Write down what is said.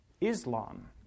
Islam